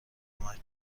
کمک